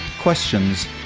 questions